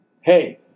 hey